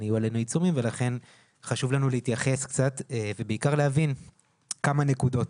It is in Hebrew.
יהיו עלינו עיצומים ולכן חשוב לנו להתייחס קצת ובעיקר להבין כמה נקודות.